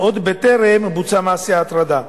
עוד בטרם בוצע מעשה ההטרדה.